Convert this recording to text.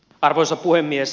arvoisa puhemies